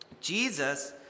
Jesus